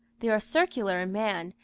they are circular in man,